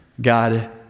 God